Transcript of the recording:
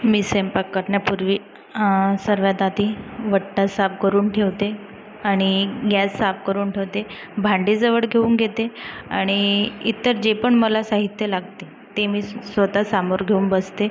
मी स्वयंपाक करण्यापूर्वी सर्वात आधी ओटा साफ करून ठेवते आणि गॅस साफ करून ठेवते भांडी जवळ घेऊन घेते आणि इतर जे पण मला साहित्य लागते ते मी स्वतः समोर घेऊन बसते